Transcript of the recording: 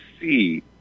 see